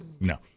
No